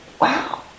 Wow